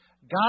God